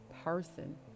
person